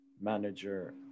manager